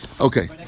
Okay